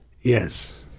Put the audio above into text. Yes